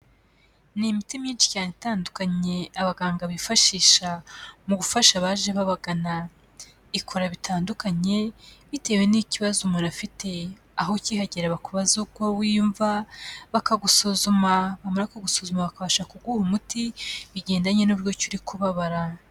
Ni imiti myinshi cyane itandukanye abaganga bifashisha mu gufasha abaje babagana, ikora bitandukanye bitewe n'ikibazo umuntu afite aho ukihagera bakubaza uko wiyumva, bakagusuzuma bamara ku kugusuzuma bakabasha kuguha umuti bigendanye n'uburyo urimo kubabara.